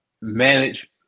manage